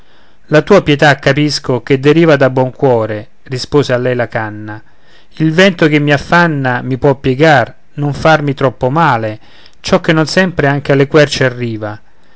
la tua pietà capisco che deriva da buon cuore rispose a lei la canna il vento che mi affanna mi può piegar non farmi troppo male ciò che non sempre anche alle querce arriva